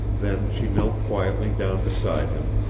then she knelt quietly down beside him,